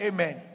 Amen